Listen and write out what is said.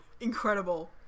Incredible